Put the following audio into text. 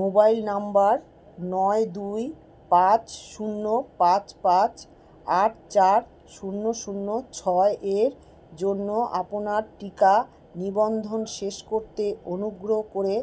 mobile number নয় দুই পাঁচ শূন্য পাঁচ পাঁচ আট চার শূন্য শূন্য ছয় এর জন্য আপনার টিকা নিবন্ধন শেষ করতে অনুগ্রহ করে